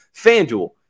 FanDuel